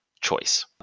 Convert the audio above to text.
choice